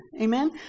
Amen